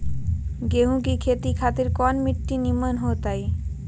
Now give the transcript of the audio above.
गेंहू की खेती खातिर कौन मिट्टी निमन हो ताई?